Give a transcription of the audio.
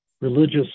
religious